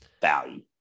value